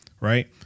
right